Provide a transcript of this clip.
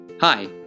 Hi